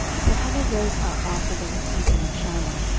so hannah rose up after they had eaten in shiloh,